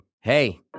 hey